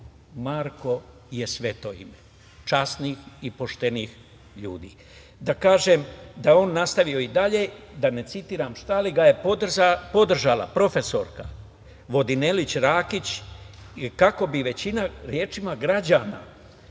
Marko je sveto ime časnih i poštenih ljudi. Da kažem da je on nastavio i dalje, da ne citiram, šta, ali ga je podržala profesorka Vodinelić Rakić. Kako bi većina građana